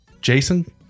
Jason